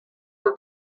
were